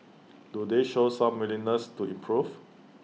do they show some willingness to improve